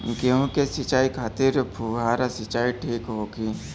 गेहूँ के सिंचाई खातिर फुहारा सिंचाई ठीक होखि?